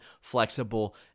flexible